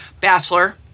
bachelor